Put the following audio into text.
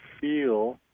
feel